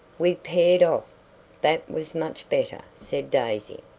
we paired off that was much better, said daisy.